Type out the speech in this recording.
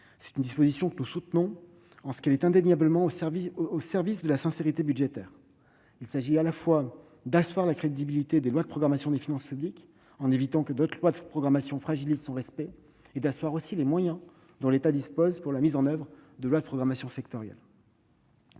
c'est une disposition que nous soutenons, dans la mesure où elle est indéniablement au service de la sincérité budgétaire. Il s'agit d'asseoir la crédibilité des lois de programmation des finances publiques en évitant que d'autres lois de programmation n'en fragilisent le respect et de garantir les moyens dont l'État dispose pour la mise en oeuvre des lois de programmation sectorielle.